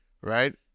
Right